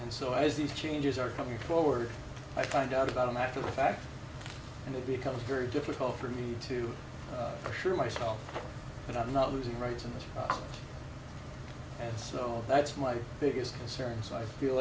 and so as these changes are coming forward i find out about him after the fact and it becomes very difficult for me to assure myself that i'm not losing rights in the uk and so that's my biggest concern so i feel